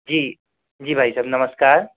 जी जी भाई साहब नमस्कार